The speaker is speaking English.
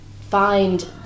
find